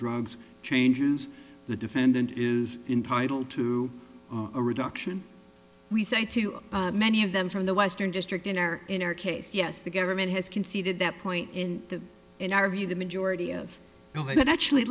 drugs changes the defendant is entitled to a reduction we say too many of them from the western district in or in our case yes the government has conceded that point in the interview the majority of they could actually